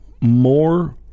more